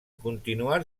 continuar